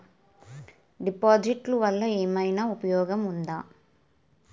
డిపాజిట్లు వల్ల ఏమైనా ఉపయోగం ఉందా?